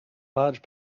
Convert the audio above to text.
large